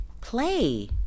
play